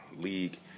league